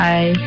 Bye